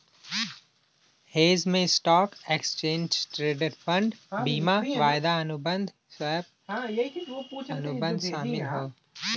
hedge में stock, exchange traded fund, बीमा, वायदा अनुबंध, स्वैप, अनुबंध शामिल हौ